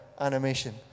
animation